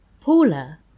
Paula